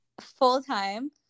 full-time